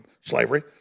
slavery